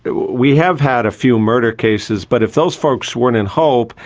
we have had a few murder cases, but if those folks weren't in hope,